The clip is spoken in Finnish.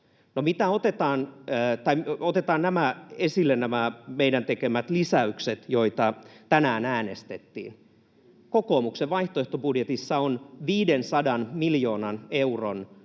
otetaan esille nämä meidän tekemämme lisäykset, joista tänään äänestettiin. Kokoomuksen vaihtoehtobudjetissa on 500 miljoonan euron